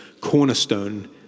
cornerstone